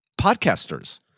podcasters